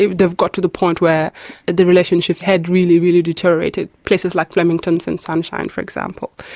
they've they've got to the point where the relationships had really, really deteriorated, places like flemington and sunshine for example.